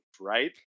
right